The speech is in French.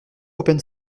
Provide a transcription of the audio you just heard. open